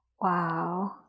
Wow